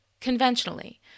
conventionally